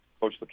Coach